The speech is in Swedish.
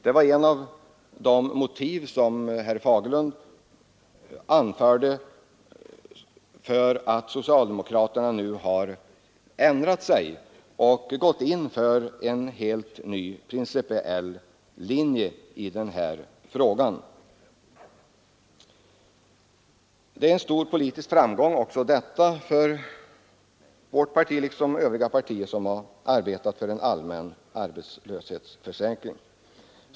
Det var ett av de motiv som herr Fagerlund anförde för att socialdemokraterna nu har ändrat sig och gått in för en helt ny principiell linje i den här frågan. Också detta är en stor politisk framgång för vårt parti liksom för Övriga partier som har arbetat för en allmän arbetslöshetsförsäkring.